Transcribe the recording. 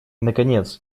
наконец